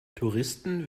touristen